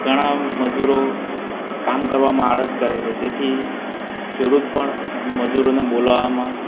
ઘણા મજૂરો કામ કરવામાં આળસ કરે છે જેથી ખેડુત પણ મજૂરોને બોલાવવામાં